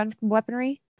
weaponry